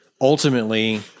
ultimately